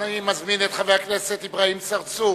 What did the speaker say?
אני מזמין את חבר הכנסת אברהים צרצור